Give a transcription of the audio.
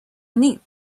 neat